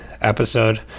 episode